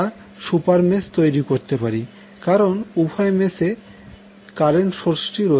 আমরা super mesh তৈরি করতে পারি কারণ উভয় মেশে কারেন্ট সোর্সটি রয়েছে